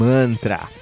Mantra